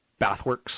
Bathworks